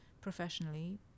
professionally